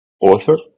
author